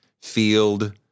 field